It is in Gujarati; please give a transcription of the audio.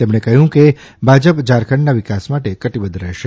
તેમણે કહ્યું કે ભાજપ ઝારખંડના વિકાસ માટે કટિબદ્ધ રહેશે